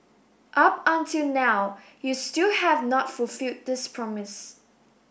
up until now you still have not fulfilled this promise